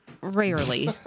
Rarely